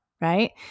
right